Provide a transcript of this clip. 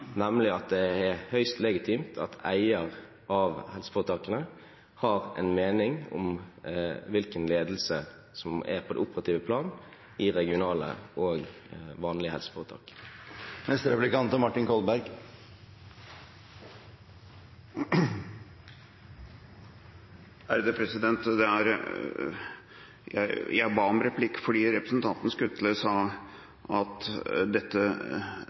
nemlig at det er høyst legitimt at eier av helseforetakene har en mening om hvilken ledelse som er på det operative plan i regionale helseforetak og vanlige helseforetak. Jeg ba om replikk fordi representanten Skutle sa at dette rommet ikke er